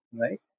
right